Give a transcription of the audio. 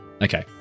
Okay